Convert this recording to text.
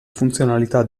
funzionalità